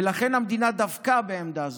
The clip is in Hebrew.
ולכן המדינה דבקה בעמדה זו.